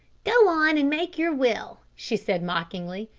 go on and make your will, she said mockingly.